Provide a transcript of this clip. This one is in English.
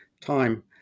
time